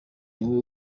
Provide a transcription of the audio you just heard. niwe